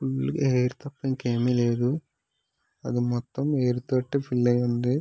ఫుల్గా ఎయిర్ తప్ప ఇంకేమీ లేదు అది మొత్తం ఎయిర్తోటే ఫుల్ అయ్యింది